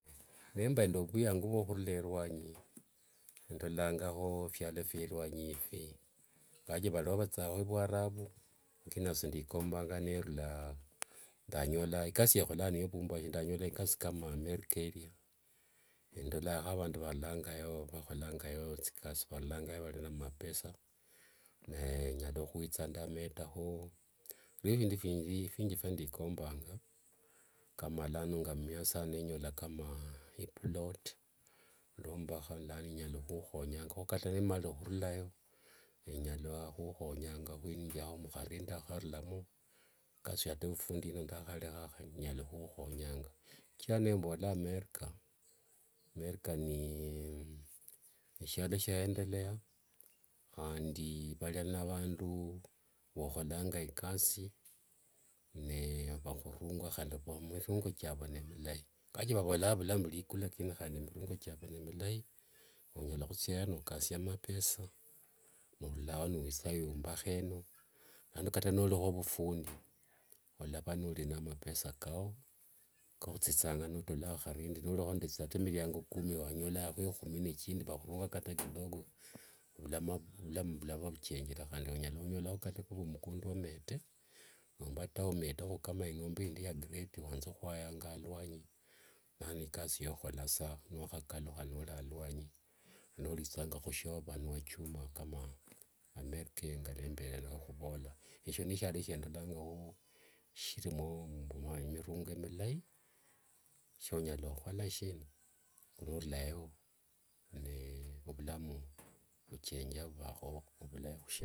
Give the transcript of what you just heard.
Nemba nde vweyango vwo hurula erwanyi eyi, endolangaho efialo fye rwanyi efi, ingawaje vario vatsisa vuarabu lakini nasi ndekombanga nerula ndanyola ikasi yeholanga ne yovumbahi, ndanyola ikasi kama america eria, endolangaho vandu varulangayo evaholangayo tsikasi varulangayo vari na amapesa, naye nyala hwitsa ndametaho viriwo vindu vinji vyandekombanga kama lano mumias ano nenyola kama iploti ndombaha lano inyala huhonyangaho kata nimarire ohurulayo inyala huhonyangaho huinyirihomo harenti ata ndaharulamo, ikasi yo vufundi ino ndahareha handi inyala huhonyangaho, eshichira nembola america, america ni shialo shiendelea khandi varia naavandu wooholanga ikasi ne vahurunga khandi mirungo kiavu ni milayi ingawaje vavolanga vulamu vuri ikulu lakini mirungo kiavu ni milayi onyala hutsiao nokasia mapesa norulayo nowitsa wuumbaha eno, ano kata noreha ovufundi olava nori na mapesa kaao kohutsisanga notoolaho harenti, noriho ne miriango kumi wanyolangaho ehumi nechindi vahurunga kata kidogo vulamu vulava vuchenjere, handi onyala hunyolaho kata kuva mukunda omete, nomba ata ometeho kama ing'ombe indi ya grade waanze huayangaho alwanyi lano ikasi yao oholasa niwahakaluha noori alwanyi nooritsanga hushiova niwachuma kama america eyo ngelwembe nihuvorere, esho nishialo shiendolangaho shirimo mirungo milayi shionyala huhola sina norulayo ne ovulamu vuchenja vuvaho ovulayi hushira.